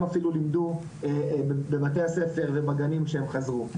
אפילו לימדו בבתי הספר ובגנים שהם חזרו.